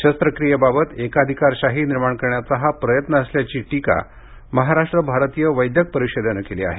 शस्त्रक्रियेबाबत एकाधिकारशाही निर्माण करण्याचा हा प्रयत्न असल्याची टीका महाराष्ट्र भारतीय वैद्यक परिषदेनं केली आहे